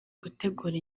gutegura